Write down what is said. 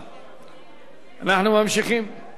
אנחנו ממשיכים, אני